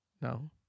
No